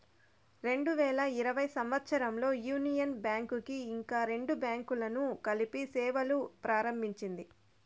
రెండు వేల ఇరవై సంవచ్చరంలో యూనియన్ బ్యాంక్ కి ఇంకా రెండు బ్యాంకులను కలిపి సేవలును ప్రారంభించింది